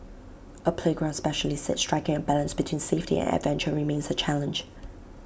A playground specialist said striking A balance between safety and adventure remains A challenge